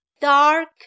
dark